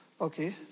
Okay